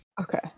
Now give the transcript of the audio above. Okay